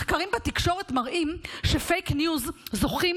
מחקרים בתקשורת מראים שפייק ניוז זוכים